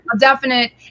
Definite